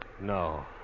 No